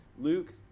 Luke